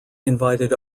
invited